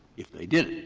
if they did,